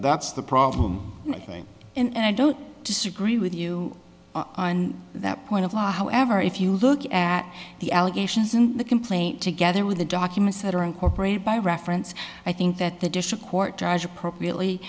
that's the problem and i think and i don't disagree with you on that point of law however if you look at the allegations in the complaint together with the documents that are incorporated by reference i think that the district court judge appropriately